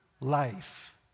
life